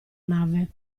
nave